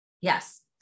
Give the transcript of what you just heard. Yes